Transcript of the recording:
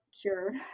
cure